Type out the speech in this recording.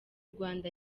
rwanda